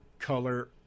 color